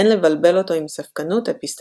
אין לבלבל אותו עם ספקנות אפיסטמולוגית,